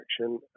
action